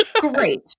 Great